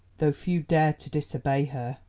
though few dared to disobey her.